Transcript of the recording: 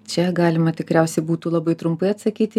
čia galima tikriausiai būtų labai trumpai atsakyti